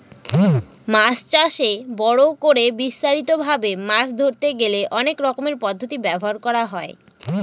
মাছ চাষে বড় করে বিস্তারিত ভাবে মাছ ধরতে গেলে অনেক রকমের পদ্ধতি ব্যবহার করা হয়